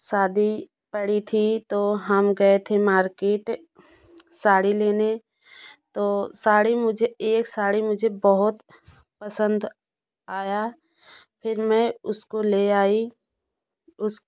शादी पड़ी थी तो हम गए थे मार्किट साड़ी लेने तो साड़ी मुझे एक साड़ी मुझे बहुत पसंद आई फिर मैं उसको ले आई उस